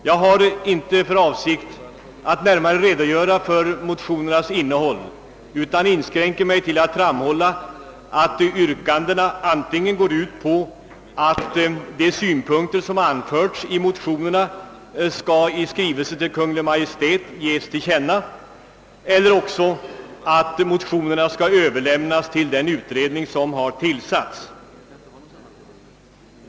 Jag har inte för avsikt att närmare redogöra för motionernas innehåll utan inskränker mig till att framhålla att yrkandena antingen går ut på att de synpunkter som anförts skall i skrivelse till Kungl. Maj:t ges till känna eller också på att motionerna skall överlämnas till den utredning som har tillsatts.